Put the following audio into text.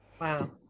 Wow